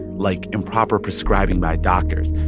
like improper prescribing by doctors.